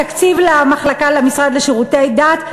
התקציב למשרד לשירותי דת,